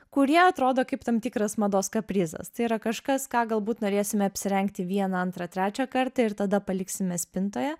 kurie atrodo kaip tam tikras mados kaprizas tai yra kažkas ką galbūt norėsime apsirengti vieną antrą trečią kartą ir tada paliksime spintoje